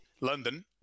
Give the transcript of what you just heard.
London